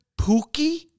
Pookie